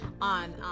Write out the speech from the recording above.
on